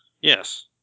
Yes